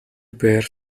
бээр